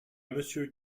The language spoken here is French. monsieur